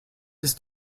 his